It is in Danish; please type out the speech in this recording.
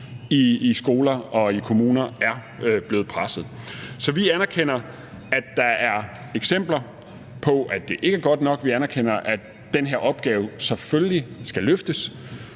i skoler og i kommuner er blevet presset. Så vi anerkender, at der er eksempler på, at det ikke er godt nok. Vi anerkender, at den her opgave selvfølgelig skal løftes,